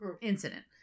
incident